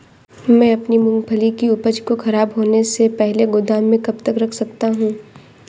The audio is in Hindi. मैं अपनी मूँगफली की उपज को ख़राब होने से पहले गोदाम में कब तक रख सकता हूँ?